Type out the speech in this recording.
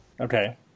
Okay